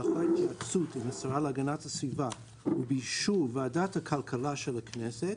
לאחר התייעצות עם השרה להגנת הסביבה ובאישור ועדת הכלכלה של הכנסת,